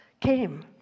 came